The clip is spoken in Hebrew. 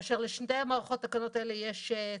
כאשר לשתי מערכות התקנות האלה יש,